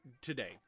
today